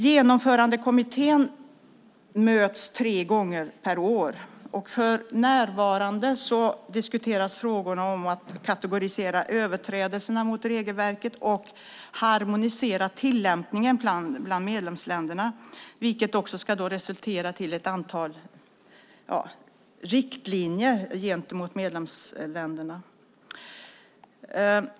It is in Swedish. Genomförandekommittén möts tre gånger per år. För närvarande diskuteras frågorna om att kategorisera överträdelserna när det gäller regelverket och om att harmonisera tillämpningen i medlemsländerna, något som ska resultera i ett antal riktlinjer gentemot medlemsländerna.